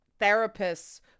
therapists